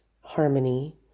harmony